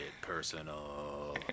personal